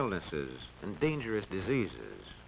illnesses and dangerous diseases